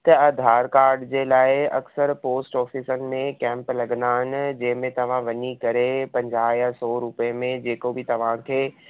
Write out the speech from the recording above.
त आधार काड जे लाइ अक्सर पोस्ट ऑफ़िसनि में कैंप लॻंदा आहिनि जंहिं में तव्हां वञी करे पंजाह या सौ रुपये में जेको बि तव्हांखे